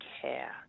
care